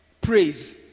praise